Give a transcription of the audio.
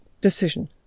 decision